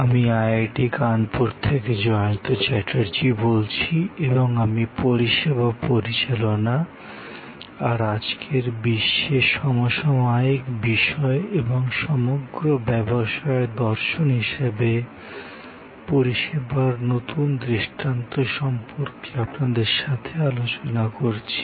আমি আইআইটি কানপুর থেকে জয়ন্ত চ্যাটার্জী বলছি এবং আমি পরিষেবা পরিচালনা আর আজকের বিশ্বের সমসাময়িক বিষয় এবং সমগ্র ব্যবসায়ে দর্শন হিসাবে পরিষেবার নতুন দৃষ্টান্ত সম্পর্কে আপনাদের সাথে আলোচনা করছি